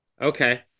Okay